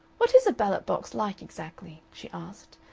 what is a ballot-box like, exactly? she asked,